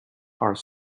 are